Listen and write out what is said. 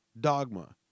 dogma